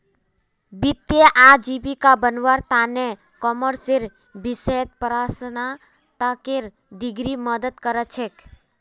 वित्तीय आजीविका बनव्वार त न कॉमर्सेर विषयत परास्नातकेर डिग्री मदद कर छेक